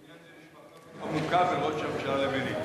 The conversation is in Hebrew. בעניין זה יש מחלוקת עמוקה בין ראש הממשלה לביני.